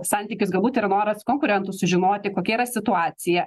santykius galbūt ir noras konkurentų sužinoti kokia yra situacija